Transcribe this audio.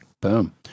boom